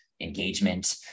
engagement